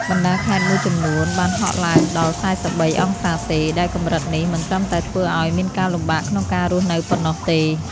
បណ្តាខេត្តមួយចំនួនបានហក់ឡើងដល់ ៤៣ អង្សាសេ ដែលកម្រិតនេះមិនត្រឹមតែធ្វើឱ្យមានការលំបាកក្នុងការរស់នៅប៉ុណ្ណោះទេ។